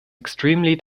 extremely